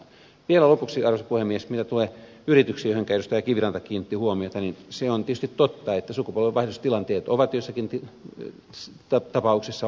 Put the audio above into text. vielä lopuksi arvoisa puhemies mitä tulee yrityksiin joihinka edustaja kiviranta kiinnitti huomiota se on tietysti totta että sukupolvenvaihdostilanteet ovat joissakin tapauksissa ongelmallisia